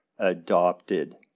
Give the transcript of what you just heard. adopted